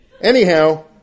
Anyhow